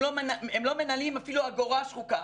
הם לא מנהלים אפילו אגורה שחוקה.